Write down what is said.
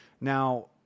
Now